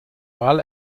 wahl